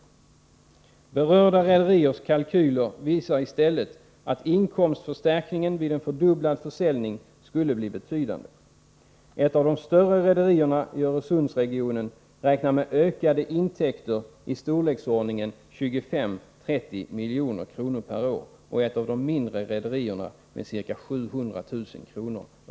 Berörda rederiers kalkyler visar i stället att inkomstförstärkningen vid en fördubblad försäljning skulle bli betydande. Ett av de större rederierna i Öresundsregionen räknar med ökade intäkter i storleksordningen 25-30 miljoner kronor per år och ett av de mindre rederierna med ca. 700 000 kr.